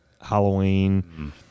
Halloween